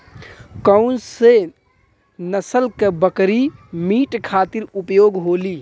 कौन से नसल क बकरी मीट खातिर उपयोग होली?